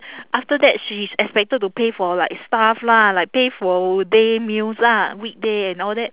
after that she is expected to pay for like stuff lah like pay for day meals lah weekday and all that